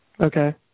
Okay